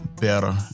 better